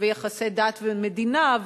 ויחסי דת ומדינה,